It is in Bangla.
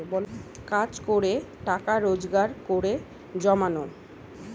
কাজ করে টাকা রোজগার করে জমানো